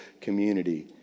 community